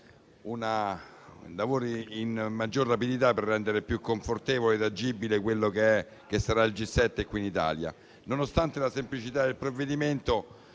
lavori con maggior rapidità per rendere più confortevole e agibile il G7 in Italia. Nonostante la semplicità del provvedimento,